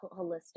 holistic